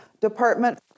department